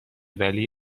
ولی